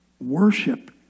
Worship